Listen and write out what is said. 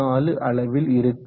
4 அளவில் இருக்கும்